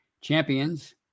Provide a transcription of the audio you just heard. champions